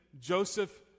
Joseph